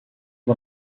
one